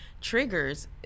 triggers